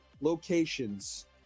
locations